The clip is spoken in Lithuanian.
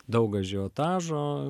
daug ažiotažo